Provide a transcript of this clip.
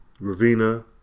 Ravina